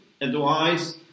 advice